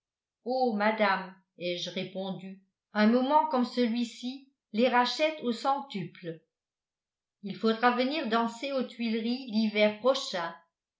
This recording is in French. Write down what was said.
madame ai-je répondu un moment comme celui-ci les rachète au centuple il faudra venir danser aux tuileries l'hiver prochain